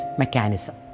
mechanism